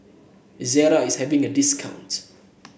Ezerra is having a discount